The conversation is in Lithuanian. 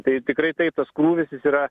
tai tikrai taip tas krūvis jis yra